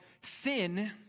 sin